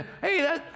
Hey